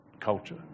culture